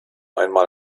einmal